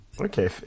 Okay